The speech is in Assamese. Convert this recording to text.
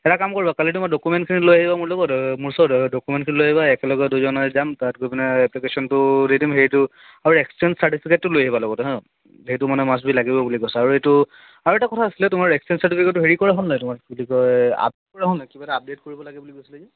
এটা কাম কৰিবা কালি তোমাৰ ডকুমেন্টখিনি লৈ আহিব মোৰ লগত মোৰ ওচৰত ডকুমেণ্টখিনি লৈ আহিবা একেলগে দুইজনে যাম তাত গৈ পিনাই এপ্লিকেচনটো দি দিম হেৰিটো আৰু এক্সেঞ্জ চাৰ্টিফিকেটটো লৈ আহিবা লগতে হ সেইটো মানে মাষ্ট বি লাগিবই বুলি কৈছে আৰু এইটো আৰু এটা কথা আছিলে তোমাৰ এক্সেঞ্জ চাৰ্টিফিকেটটো হেৰি কৰা হ'লনে তোমাৰ কি বুলি কয় আপ টু ডেট হ'লনে কিবা এটা আপডেট কৰিব লাগে বুলি কৈছিলে যে